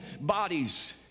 bodies